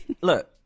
Look